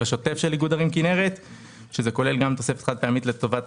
השוטף של איגוד ערים כינרת שזה כולל גם תוספת חד פעמית לטובת